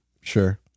Sure